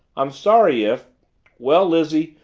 i'm sorry if well, lizzie,